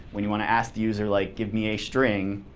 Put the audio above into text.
when you want to ask the user, like, give me a string,